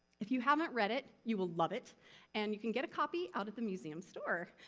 if you haven't read it, you will love it and you can get a copy out of the museum store.